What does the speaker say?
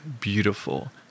beautiful